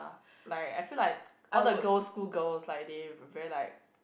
like I feel like all the girls school girls like they very like